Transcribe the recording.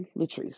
Latrice